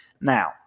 Now